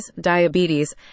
diabetes